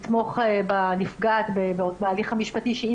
יצאנו לתמוך בנפגעת באותו הליך המשפטי שהיא